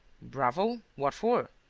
bravo. what for?